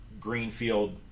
greenfield